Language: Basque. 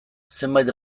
zenbait